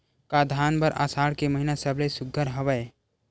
का धान बर आषाढ़ के महिना सबले सुघ्घर हवय?